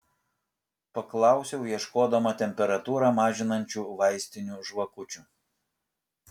paklausiau ieškodama temperatūrą mažinančių vaistinių žvakučių